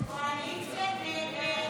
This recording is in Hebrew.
45 בעד, 57 נגד.